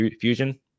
fusion